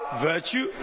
Virtue